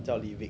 叫 livik